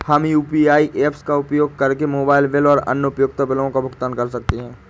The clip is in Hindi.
हम यू.पी.आई ऐप्स का उपयोग करके मोबाइल बिल और अन्य उपयोगिता बिलों का भुगतान कर सकते हैं